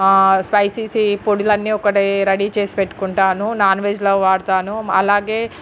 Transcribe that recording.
spicy పొడిలన్నీ ఒకటి ready చేసి పెట్టుకుంటాను నాన్వెజ్లో వాడతాను అలాగే